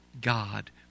God